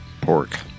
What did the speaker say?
pork